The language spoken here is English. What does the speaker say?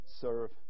Serve